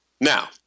Now